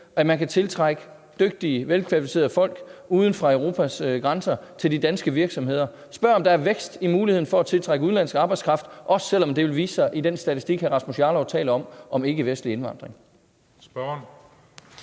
på at tiltrække dygtige, velkvalificerede folk uden for Europas grænser til de danske virksomheder. Spørg, om der er vækst i muligheden for at tiltrække udenlandsk arbejdskraft, også selv om det vil vise sig i den statistik om ikkevestlig indvandring,